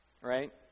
right